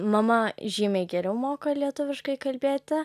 mama žymiai geriau moka lietuviškai kalbėti